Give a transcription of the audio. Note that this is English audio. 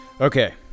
Okay